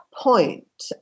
point